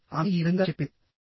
కాబట్టి ఆమె ఈ విధంగా చెప్పింది